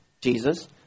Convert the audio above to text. Jesus